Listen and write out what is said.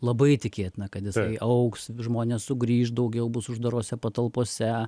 labai tikėtina kad jisai augs žmonės sugrįš daugiau bus uždarose patalpose